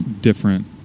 different